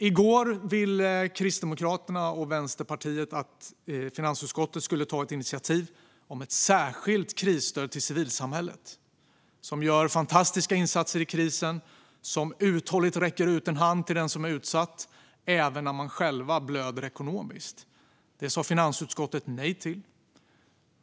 I går ville Kristdemokraterna och Vänsterpartiet att finansutskottet skulle ta ett initiativ om ett särskilt krisstöd till civilsamhället, som gör fantastiska insatser i krisen och som uthålligt räcker ut en hand till den som är utsatt, även när de själv blöder ekonomiskt. Detta sa finansutskottet nej till.